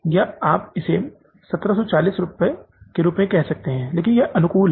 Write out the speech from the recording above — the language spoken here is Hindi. यह आप इसे 1740 के रूप में कह सकते हैं लेकिन अनुकूल है